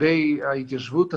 לגבי ההתיישבות הצעירה,